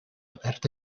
aperta